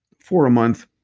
four a month.